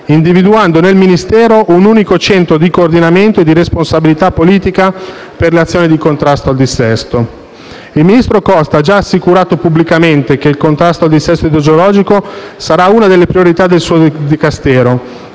individuando nel Ministero un unico centro di coordinamento e di responsabilità politica per le azioni di contrasto al dissesto. Il ministro Costa ha già assicurato pubblicamente che il contrasto al dissesto idrogeologico sarà una delle priorità del suo Dicastero